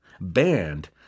banned